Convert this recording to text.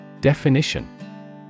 Definition